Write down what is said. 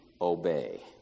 obey